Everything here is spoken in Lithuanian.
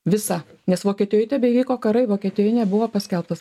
visa nes vokietijoj tebevyko karai vokietijoj nebuvo paskelbtas